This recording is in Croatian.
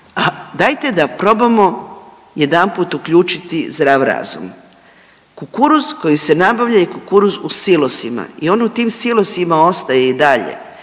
Dajte da probamo jedanput uključiti zdrav razum, kukuruz koji se nabavlja i kukuruz u silosima i on u tim silosima ostaje i dalje,